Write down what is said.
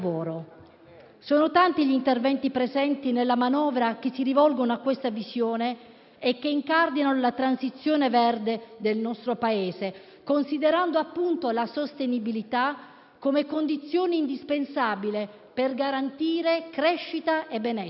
Sono tanti gli interventi presenti nella manovra che si rivolgono a questa visione e che incardinano la transizione verde del nostro Paese, considerando appunto la sostenibilità come condizione indispensabile per garantire crescita e benessere.